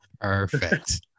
Perfect